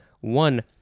One